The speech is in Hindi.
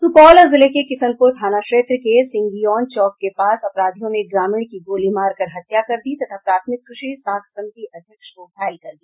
सुपौल जिले के किसनपुर थाना क्षेत्र के सिंगीयौन चौक के पास अपराधियों ने एक ग्रामीण की गोली मारकर हत्या कर दी तथा प्राथमिक कृषि साख समिति अध्यक्ष को घायल कर दिया